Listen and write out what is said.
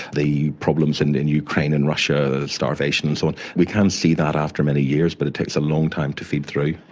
the problems and in the ukraine in russia, starvation and so on, we can see that after many years but it takes a long time to feed through.